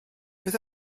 beth